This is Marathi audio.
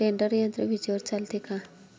टेडर यंत्र विजेवर चालते का?